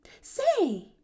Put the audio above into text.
Say